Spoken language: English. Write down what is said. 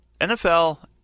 NFL